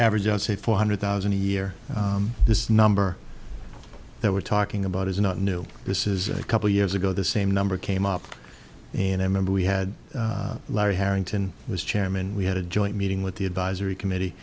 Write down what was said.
average just say four hundred thousand a year this number that we're talking about is not new this is a couple years ago the same number came up and i remember we had larry harrington was chairman we had a joint meeting with the advisory committee